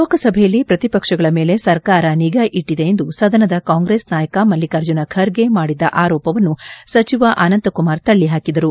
ಲೋಕಸಭೆಯಲ್ಲಿ ಪ್ರತಿಪಕ್ಷಗಳ ಮೇಲೆ ಸರ್ಕಾರ ನಿಗಾ ಇಟ್ಟಿದೆ ಎಂದು ಸದನದ ಕಾಂಗ್ರೆಸ್ ನಾಯಕ ಮಲ್ಲಿಕಾರ್ಜುನ ಖರ್ಗೆ ಮಾಡಿದ್ದ ಆರೋಪವನ್ನು ಸಚಿವ ಅನಂತಕುಮಾರ್ ತಳ್ಳಿಪಾಕಿದರು